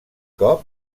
cop